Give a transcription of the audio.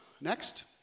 Next